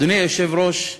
אדוני היושב-ראש,